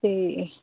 ਅਤੇ